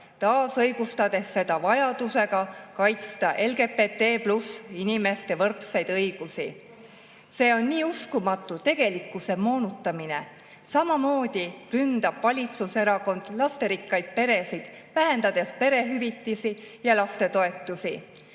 Seda õigustatakse vajadusega kaitsta LGBT+-inimeste võrdseid õigusi. See on nii uskumatu tegelikkuse moonutamine! Samamoodi ründab valitsuserakond lasterikkaid peresid, vähendades perehüvitisi ja lastetoetusi.